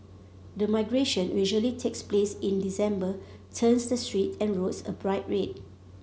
the migration usually takes place in December turns the streets and roads a bright red